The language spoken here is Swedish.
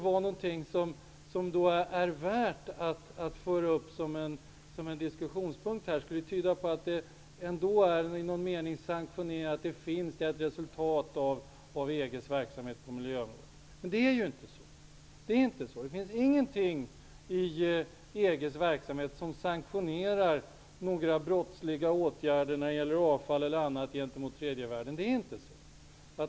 Det faktum att detta är värt att ta upp som en diskussionspunkt här tyder inte på att ett sådant agerande i någon mening skulle vara sanktionerat eller ett resultat av EG:s verksamhet på miljöområdet. Ingenting i EG:s verksamhet sanktionerar några brottsliga ågärder gentemot tredje världen när det gäller avfall eller annat.